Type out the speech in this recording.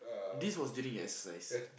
this was during exercise